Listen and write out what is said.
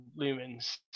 lumens